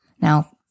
Now